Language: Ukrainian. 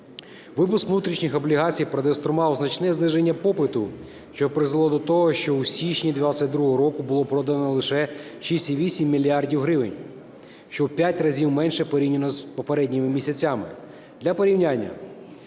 Випуск внутрішніх облігацій продемонстрував значне зниження попиту, що призвело до того, що у січні 2022 року було продано лише на 6,8 мільярда гривень, що в 5 разів менше порівняно з попередніми місяцями. Для порівняння: